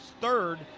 third